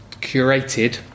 curated